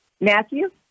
matthew